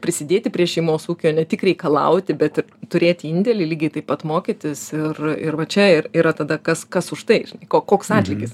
prisidėti prie šeimos ūkio ne tik reikalauti bet ir turėti indėlį lygiai taip pat mokytis ir ir va čia ir yra tada kas kas už tai ko koks atlygis